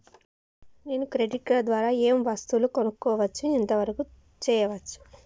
నేను credit card ద్వారా ఏం వస్తువులు కొనుక్కోవచ్చు ఎంత వరకు చేయవచ్చు?